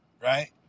right